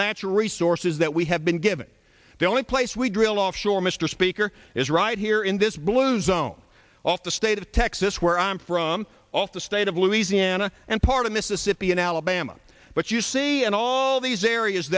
natural resources that we have been given the only place we drill offshore mr speaker is right here in this blue zone off the state of texas where i'm from off the state of louisiana and part of mississippi and alabama but you see and all these areas